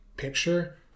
picture